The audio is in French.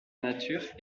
nature